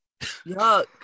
yuck